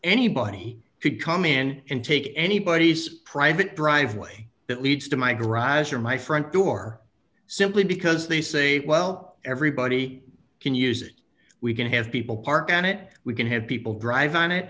anybody could come in and take anybody's private driveway that leads to my garage or my front door simply because they say well everybody can use it we can have people park on it we can have people drive on it